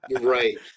Right